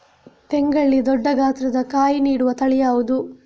ತೆಂಗಲ್ಲಿ ದೊಡ್ಡ ಗಾತ್ರದ ಕಾಯಿ ನೀಡುವ ತಳಿ ಯಾವುದು?